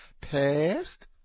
Past